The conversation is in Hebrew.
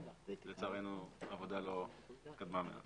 אבל לצערנו העבודה לא התקדמה מאז.